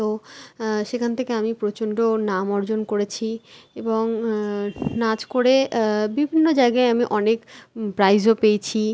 তো সেখান থেকে আমি প্রচণ্ড নাম অর্জন করেছি এবং নাচ করে বিভিন্ন জায়গায় আমি অনেক প্রাইজও পেয়েছি